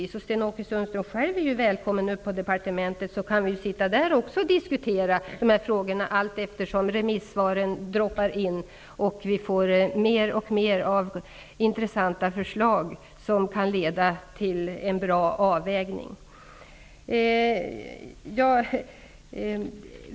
Sten-Ove Sundström är själv välkommen till departementet, så att vi också där kan diskutera dessa frågor allteftersom remissvaren droppar in och vi får mer och mer av intressanta förslag som kan leda till en bra avvägning.